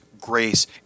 grace